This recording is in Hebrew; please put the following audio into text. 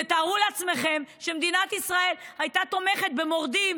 תארו לעצמכם שמדינת ישראל הייתה תומכת במורדים